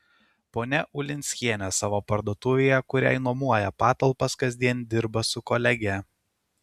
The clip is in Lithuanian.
ponia ulinskienė savo parduotuvėje kuriai nuomoja patalpas kasdien dirba su kolege